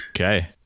Okay